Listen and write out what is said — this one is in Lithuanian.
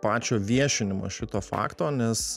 pačio viešinimo šito fakto nes